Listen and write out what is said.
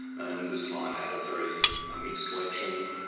and this client had a very ah mixed collection.